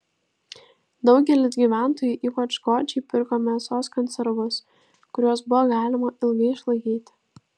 daugelis gyventojų ypač godžiai pirko mėsos konservus kuriuos buvo galima ilgai išlaikyti